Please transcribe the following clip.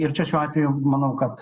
ir čia šiuo atveju manau kad